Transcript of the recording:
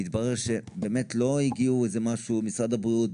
ומתברר שבאמת לא הגיעו איזה משהו משרד הבריאות,